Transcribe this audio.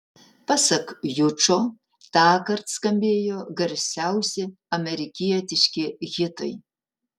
pasak jučo tąkart skambėjo garsiausi amerikietiški hitai